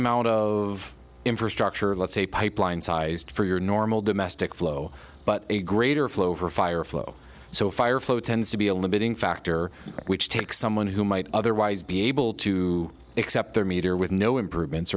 amount of infrastructure of let's say pipeline sized for your normal domestic flow but a greater flow for fire flow so fire flow tends to be a limiting factor which takes someone who might otherwise be able to accept their meter with no improvements